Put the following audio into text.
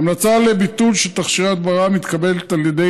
ההמלצה של ביטול של תכשירי ההדברה מתקבלת על ידי